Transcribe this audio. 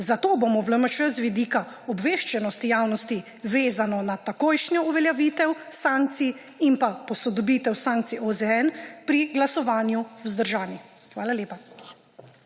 zato bomo v LMŠ z vidika obveščenosti javnosti, vezano na takojšnjo uveljavitev sankcij in pa posodobitev sankcij OZN, pri glasovanju vzdržani. Hvale lepa.